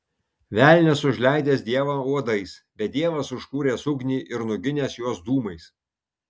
velnias užleidęs dievą uodais bet dievas užkūręs ugnį ir nuginęs juos dūmais